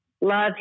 Love